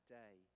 day